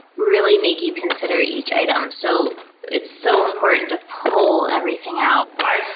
really make you consider each item. so it's so important to pull everything out